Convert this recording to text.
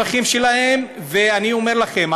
אני אומר לכם,